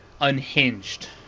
unhinged